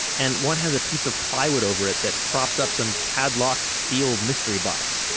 and one has a piece of plywood over it that props up some padlocked steel mystery box.